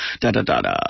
da-da-da-da